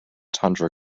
tundra